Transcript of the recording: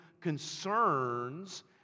concerns